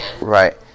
right